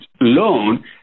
loan